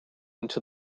into